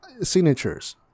signatures